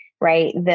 right